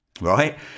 Right